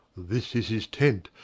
this is his tent,